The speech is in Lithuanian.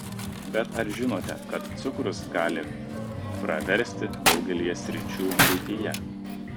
bet ar žinote kad cukrus gali praversti daugelyje sričių buityje